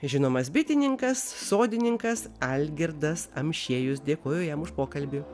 žinomas bitininkas sodininkas algirdas amšiejus dėkoju jam už pokalbį